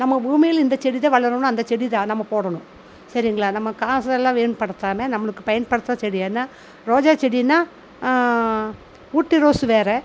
நம்ம பூமியில் இந்த செடிதான் வளருன்னால் அந்த செடிதான் நம்ம போடணும் சரிங்களா நம்ம காசைல்லாம் வீண் படுத்தாமல் நம்மளுக்கு பயன்படுத்துகிற செடியென்னால் ரோஜா செடின்னால் ஊட்டி ரோஸ் வேறு